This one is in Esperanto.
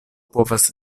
povas